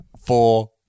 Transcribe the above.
four